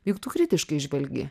vyktų kritiškai žvelgi